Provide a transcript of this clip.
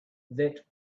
that